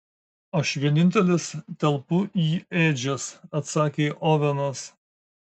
aš vienintelis telpu į ėdžias atsakė ovenas